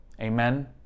Amen